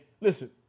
listen